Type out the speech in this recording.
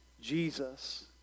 Jesus